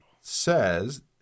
says